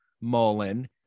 Mullen